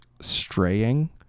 straying